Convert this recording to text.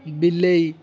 ବିଲେଇ